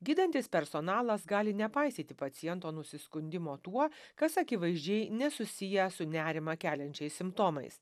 gydantis personalas gali nepaisyti paciento nusiskundimo tuo kas akivaizdžiai nesusiję su nerimą keliančiais simptomais